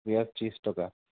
পিঁয়াজ ত্ৰিছ টকা